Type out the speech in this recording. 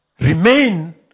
remain